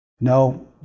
no